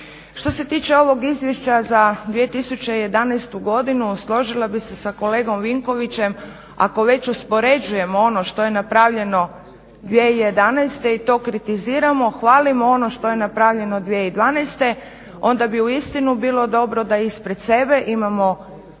Što se tiče ovog Izvješća za 2011. godinu složila bih se sa kolegom Vinkovićem, ako već uspoređujemo ono što je napravljeno 2011. i to kritiziramo, hvalimo ono što je napravljeno 2012. onda bi uistinu bilo dobro da ispred sebe imamo